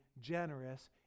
generous